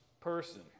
person